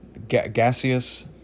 gaseous